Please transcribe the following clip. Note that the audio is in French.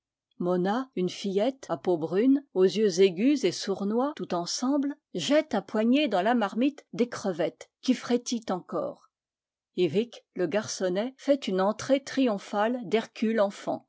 monna une fillette à peau brune aux yeux aigus et sour n tout ensemble jette à poignées dans la marmite des crevettes qui frétillent encore yvic le garçonnet fait une entrée triomphale d'hercule enfant